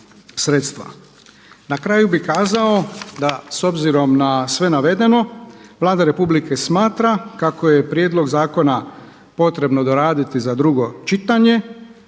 Na kraju bih kazao da s obzirom na sve navedeno Vlada Republike smatra kako je prijedlog zakona potrebno doraditi za drugo čitanje